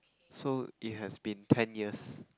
so it has been ten years